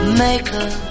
maker